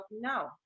no